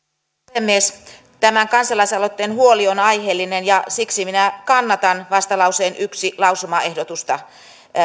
puhemies tämä kansalaisaloitteen huoli on aiheellinen ja siksi minä kannatan vastalauseen yksi lausumaehdotusta